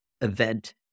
event